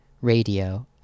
radio